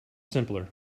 simpler